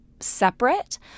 separate